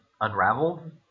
Unraveled